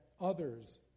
others